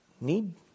Need